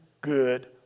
good